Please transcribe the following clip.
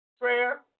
prayer